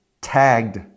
tagged